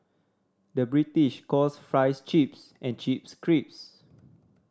the British calls fries chips and chips crisps